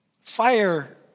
Fire